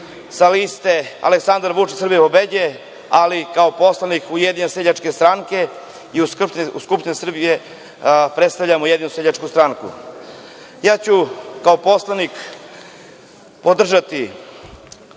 sa liste Aleksandar Vučić – Srbija pobeđuje, ali kao poslanik Ujedinjene seljačke stranke i u Skupštini Srbije predstavljamo jedinu seljačku stranku. Kao poslanik, podržaću